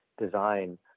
design